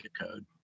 code